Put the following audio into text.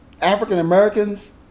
African-Americans